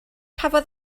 cafodd